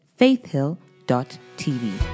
faithhill.tv